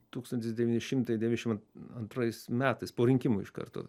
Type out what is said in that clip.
tūkstantis devyni šimtai devyniasdešimt antrais metais po rinkimų iš karto